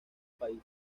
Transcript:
país